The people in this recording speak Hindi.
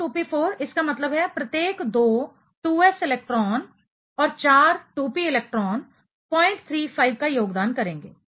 2s2 2p4 इसका मतलब है प्रत्येक दो 2s इलेक्ट्रॉन और चार 2p इलेक्ट्रॉन 035 का योगदान करेंगे